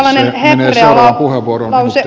se menee seuraavaan puheenvuoroon